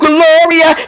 Gloria